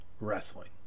wrestling